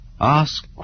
Ask